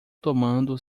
tomando